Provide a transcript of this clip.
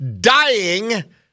dying